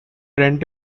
rent